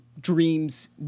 dreams